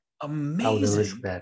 Amazing